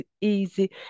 easy